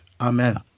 Amen